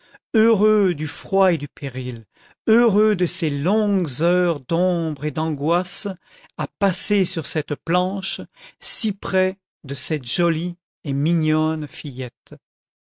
heureux du froid et du péril heureux de ces longues heures d'ombre et d'angoisse à passer sur cette planche si près de cette jolie et mignonne fillette